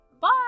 Bye